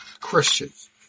Christians